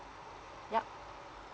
yup